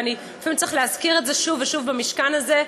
ואפילו צריך להזכיר את זה שוב ושוב במשכן הזה,